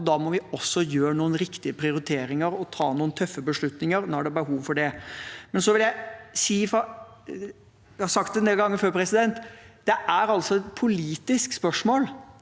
da må vi også gjøre noen riktige prioriteringer og ta noen tøffe beslutninger når det er behov for det. Jeg har sagt det en del ganger før: Det er altså et politisk spørsmål